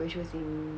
when she was in